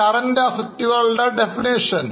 current Assets കളുടെനിർവചനം എന്താണ്